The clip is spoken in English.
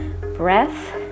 breath